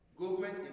Government